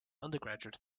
undergraduate